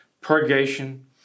Purgation